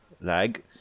Lag